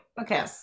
okay